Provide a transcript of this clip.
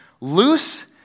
Loose